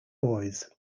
boys